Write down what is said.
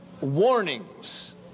warnings